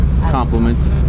compliment